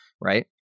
right